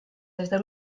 desde